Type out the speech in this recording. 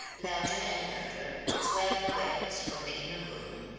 louder and louder swelled the wails from the inner room,